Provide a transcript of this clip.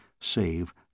save